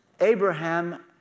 Abraham